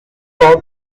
love